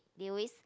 they always